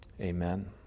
Amen